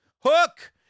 Hook